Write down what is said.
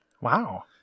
Wow